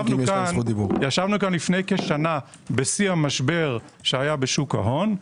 ישבנו כאן לפני כשנה בשיא המשבר שהיה בשוק ההון.